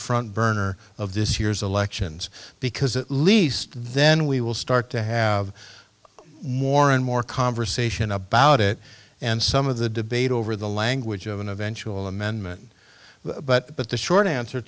front burner of this year's elections because at least then we will start to have more and more conversation about it and some of the debate over the language of an eventual amendment but but the short answer